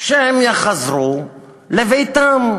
שהם יחזרו לביתם.